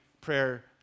prayer